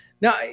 Now